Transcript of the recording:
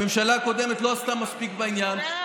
הממשלה הקודמת לא עשתה מספיק בעניין הזה,